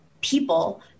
people